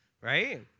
Right